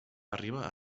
arriba